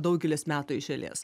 daugelis metų iš eilės